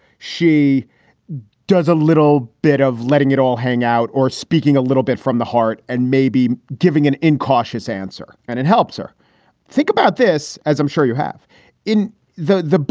she does a little bit of letting it all hang out or speaking a little bit from the heart and maybe giving an incautious answer. and it helps her think about this, as i'm sure you have in the book,